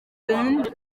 brenda